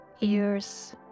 ears